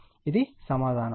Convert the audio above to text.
కాబట్టి ఇది సమాధానం